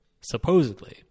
Supposedly